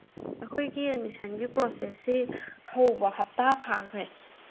ꯑꯩꯈꯣꯏꯒꯤ ꯑꯦꯗꯃꯤꯁꯟꯒꯤ ꯄ꯭ꯔꯣꯁꯦꯁꯁꯤ ꯍꯧꯕ ꯍꯞꯇꯥ ꯐꯥꯒꯈ꯭ꯔꯦ